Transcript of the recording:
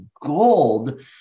gold